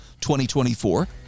2024